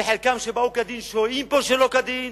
וחלקם שבאו כדין שוהים פה שלא כדין.